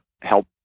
help